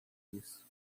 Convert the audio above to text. isso